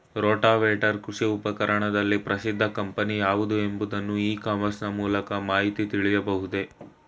Rotavator ಕೃಷಿ ಉಪಕರಣದಲ್ಲಿ ಪ್ರಸಿದ್ದ ಕಂಪನಿ ಯಾವುದು ಎಂಬುದನ್ನು ಇ ಕಾಮರ್ಸ್ ನ ಮೂಲಕ ಮಾಹಿತಿ ತಿಳಿಯಬಹುದೇ?